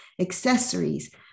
accessories